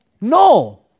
No